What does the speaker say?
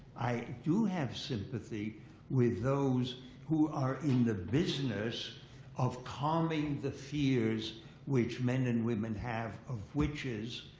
i do have sympathy with those who are in the business of calming the fears which men and women have of witches,